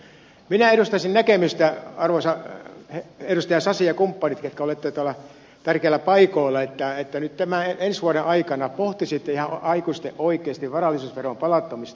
minä edustaisin näkemystä arvoisa edustaja sasi ja kumppanit ketkä olette täällä tärkeillä paikoilla että nyt ensi vuoden aikana pohtisitte ihan aikuisten oikeasti varallisuusveron palauttamista